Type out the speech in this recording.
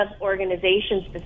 organizations